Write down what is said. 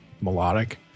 melodic